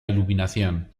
iluminación